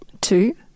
Two